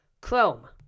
Chrome